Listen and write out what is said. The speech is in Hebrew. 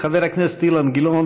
חבר הכנסת אילן גילאון,